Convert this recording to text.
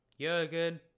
Jurgen